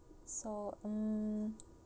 so um